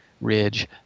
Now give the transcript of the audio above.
ridge